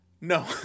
No